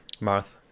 Marth